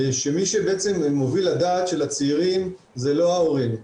שמי שמוביל הדעת של הצעירים זה לא ההורים,